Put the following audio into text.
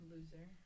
Loser